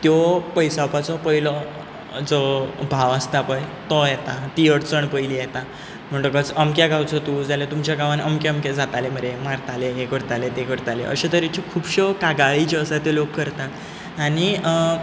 त्यो पयसावपाचो पयलो जो भाव आसता पळय तो येता ती अडचण पयलीं येता म्हणटकच अमक्या गांवचो तूं जाल्यार तुमच्या गांवान अमकें अमकें जातालें मरे मारताले हें करताले तें करताले अशे तरेच्यो खूपश्यो कागाळी जो आसात ते लोक करतात आनी